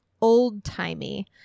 old-timey